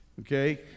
Okay